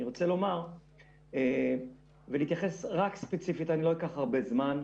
אני רוצה להתייחס רק ספציפית, ולא אקח הרבה זמן.